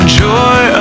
joy